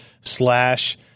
slash